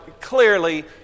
clearly